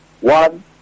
one